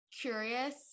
curious